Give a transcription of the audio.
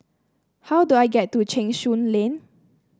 how do I get to Cheng Soon Lane